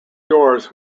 doors